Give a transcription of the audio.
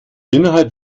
innerhalb